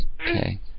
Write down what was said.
Okay